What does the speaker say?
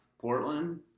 Portland